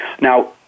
now